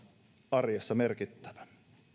arjessa merkittävä